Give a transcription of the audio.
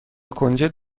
کنجد